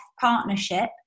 Partnership